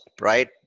right